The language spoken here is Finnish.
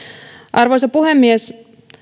arvoisa puhemies